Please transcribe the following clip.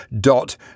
dot